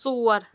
ژور